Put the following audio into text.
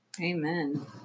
amen